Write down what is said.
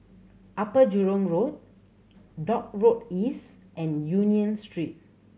Upper Jurong Road Dock Road East and Union Street